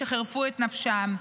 שחירפו את נפשם.